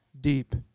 deep